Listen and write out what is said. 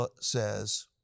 says